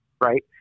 right